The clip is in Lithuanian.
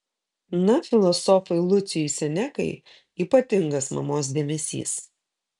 na filosofui lucijui senekai ypatingas mamos dėmesys